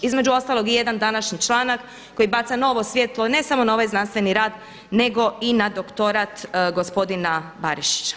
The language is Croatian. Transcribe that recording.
Između ostalog i jedan današnji članak koji baca novo svjetlo ne samo na ovaj znanstveni rad nego i na doktorat gospodina Barišića.